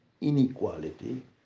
inequality